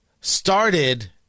started